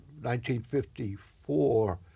1954